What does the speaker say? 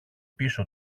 πίσω